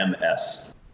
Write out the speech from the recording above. MS